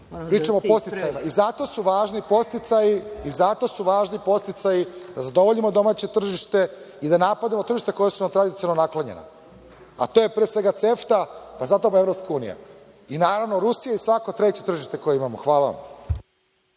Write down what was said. Pričam o podsticajima. Zato su važni podsticaji, da zadovoljimo domaće tržište i da napadamo tržišta koja su nam tradicionalno naklonjena, a to je pre svega CEFTA, pa zapadna EU i, naravno, Rusija i svako treće tržište koje imamo. Hvala vam.